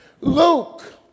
Luke